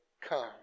come